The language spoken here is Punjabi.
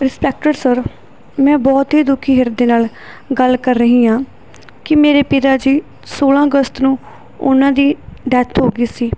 ਇੰਸਪੈਕਟਰ ਸਰ ਮੈਂ ਬਹੁਤ ਹੀ ਦੁਖੀ ਹਿਰਦੇ ਨਾਲ ਗੱਲ ਕਰ ਰਹੀ ਹਾਂ ਕਿ ਮੇਰੇ ਪਿਤਾ ਜੀ ਸੋਲ੍ਹਾਂ ਅਗਸਤ ਨੂੰ ਉਹਨਾਂ ਦੀ ਡੈਥ ਹੋ ਗਈ ਸੀ